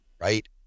Right